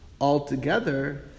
altogether